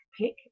Pick